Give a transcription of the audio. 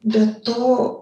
bet to